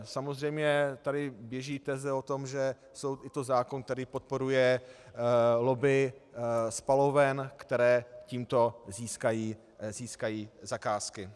Samozřejmě tady běží teze o tom, že je to zákon, který podporuje lobby spaloven, které tímto získají zakázky.